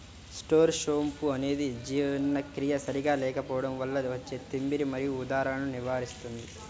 star సోంపు అనేది జీర్ణక్రియ సరిగా లేకపోవడం వల్ల వచ్చే తిమ్మిరి మరియు ఉదరాలను నివారిస్తుంది